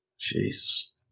Jesus